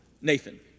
Nathan